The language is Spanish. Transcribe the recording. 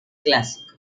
clásico